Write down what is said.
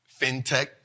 fintech